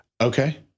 Okay